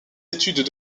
études